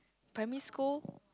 primary school